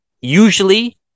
usually